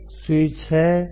एक स्विच है